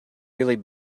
really